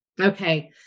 Okay